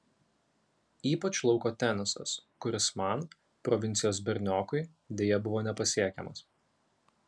ypač lauko tenisas kuris man provincijos berniokui deja buvo nepasiekiamas